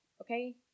okay